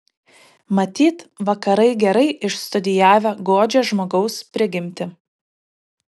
matyt vakarai gerai išstudijavę godžią žmogaus prigimtį